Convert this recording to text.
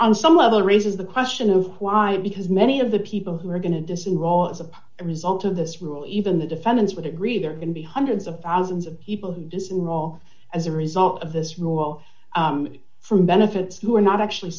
level raises the question of why because many of the people who are going to disenroll as a result of this rule even the defendants would agree there can be hundreds of thousands of people who disenroll as a result of this rule from benefits who are not actually